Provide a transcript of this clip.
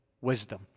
wisdom